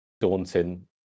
daunting